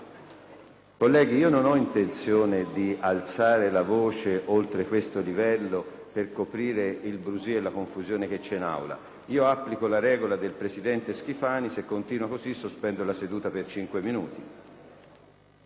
Colleghi, non ho intenzione di alzare la voce oltre questo livello per coprire il brusìo e la confusione che ci sono in Aula. Se continua così, applico la regola del presidente Schifani e sospendo la seduta per cinque minuti.